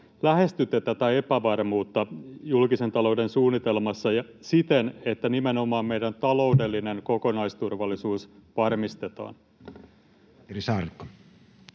lähestytte tätä epävarmuutta julkisen talouden suunnitelmassa siten, että nimenomaan meidän taloudellinen kokonaisturvallisuus varmistetaan?